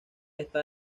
está